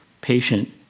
patient